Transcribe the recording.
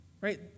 right